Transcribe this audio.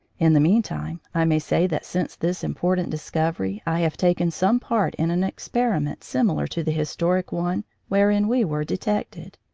in the meantime i may say that since this important discovery i have taken some part in an experiment similar to the historic one wherein we were detected,